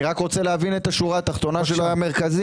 אני רק רוצה לבין את השורה התחתונה של המרכזים.